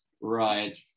right